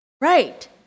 Right